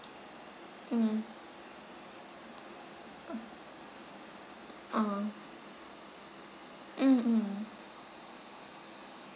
mm ah mm mm